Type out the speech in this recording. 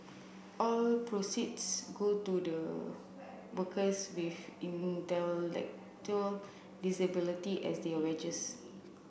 all proceeds go to the workers with intellectual disability as their wages